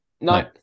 No